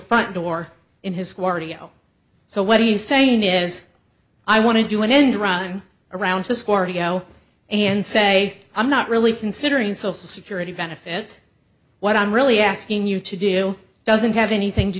front door in his car to go so what he's saying is i want to do an end run around to scorpio and say i'm not really considering social security benefits what i'm really asking you to do doesn't have anything to